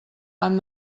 han